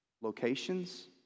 locations